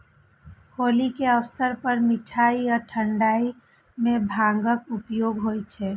होली के अवसर पर मिठाइ आ ठंढाइ मे भांगक उपयोग होइ छै